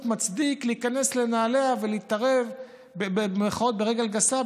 מצדיק להיכנס לנעליה ולהתערב "ברגל גסה",